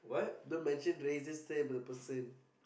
don't mention races say about the person